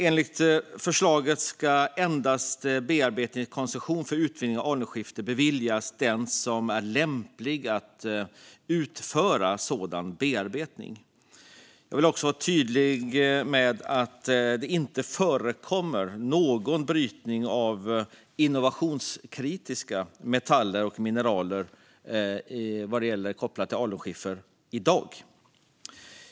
Enligt förslaget ska bearbetningskoncession för utvinning i alunskiffer beviljas endast för den som är lämplig att utföra sådan bearbetning. Jag vill också vara tydlig med att det inte förekommer någon brytning av innovationskritiska metaller och mineral i alunskiffer i dag.